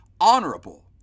honorable